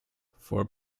for